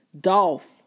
Dolph